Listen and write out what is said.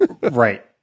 Right